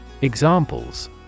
Examples